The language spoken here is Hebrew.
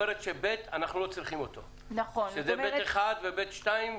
צריכים, שזה (ב)(1) ו-(ב)(2)?